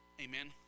Amen